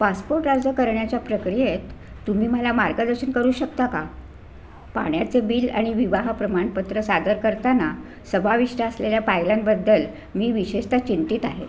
passport अर्ज करण्याच्या प्रक्रियेत तुम्ही मला मार्गदर्शन करू शकता का पाण्याचं बिल आणि विवाह प्रमाणपत्र सादर करताना समाविष्ट असलेल्या पायऱ्यांबद्दल मी विशेषतः चिंतीत आहे